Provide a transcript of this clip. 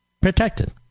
Protected